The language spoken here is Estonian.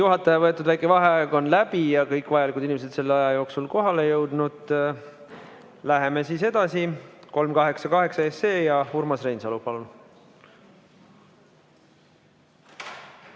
gJuhataja võetud väike vaheaeg on läbi ja kõik vajalikud inimesed on selle aja jooksul kohale jõudnud. Läheme siis edasi, 388 SE ja Urmas Reinsalu. Palun!